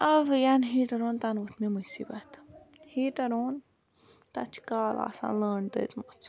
اَوٕ یَنہٕ ہیٖٹَر اوٚن تَنہٕ ووٚتھ مےٚ مُصیٖبَتھ ہیٖٹَر اوٚن تَتھ چھِ کالہٕ آسان لٔنڑ دٔزمٕژ